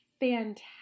fantastic